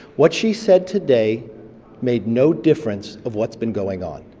what she said today made no difference of what's been going on.